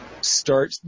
start